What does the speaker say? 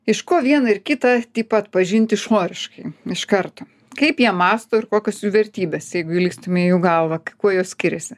iš ko vieną ir kitą tipą atpažint išoriškai iš karto kaip jie mąsto ir kokios jų vertybės jeigu įlįstume į jų galvą kuo juos skiriasi